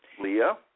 Leah